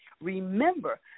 Remember